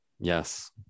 Yes